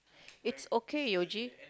it's okay Yuji